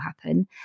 happen